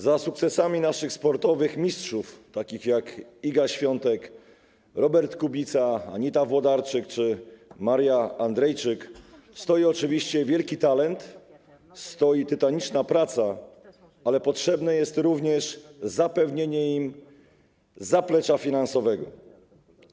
Za sukcesami naszych sportowych mistrzów takich jak Iga Świątek, Robert Kubica, Anita Włodarczyk czy Maria Andrejczyk stoi oczywiście wielki talent, stoi tytaniczna praca, ale potrzebne jest również zapewnienie im zaplecza finansowego.